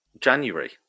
January